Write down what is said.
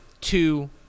two